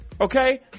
Okay